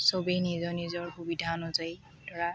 চবে নিজৰ নিজৰ সুবিধা অনুযায়ী ধৰা